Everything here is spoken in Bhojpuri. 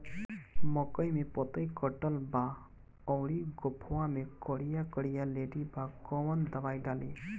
मकई में पतयी कटल बा अउरी गोफवा मैं करिया करिया लेढ़ी बा कवन दवाई डाली?